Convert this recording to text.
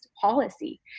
policy